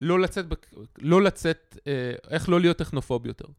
לא לצאת, לא לצאת, איך לא להיות טכנופוב יותר.